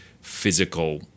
physical